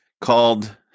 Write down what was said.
called